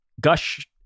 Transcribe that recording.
Gush